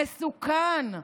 מסוכן,